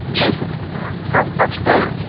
music from upstairs